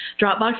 Dropbox